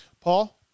Paul